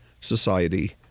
society